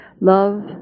Love